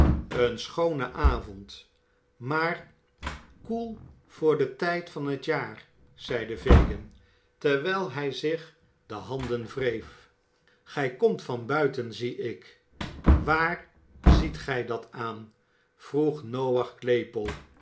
een schoone avond maar koel voor den tijd van t jaar zeide fagin terwijl hij zich de handen wreef gij komt van buiten zie ik waar ziet gij dat aan vroeg